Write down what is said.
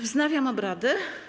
Wznawiam obrady.